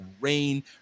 rain